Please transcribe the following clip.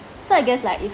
so I guess like it's